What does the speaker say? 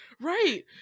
Right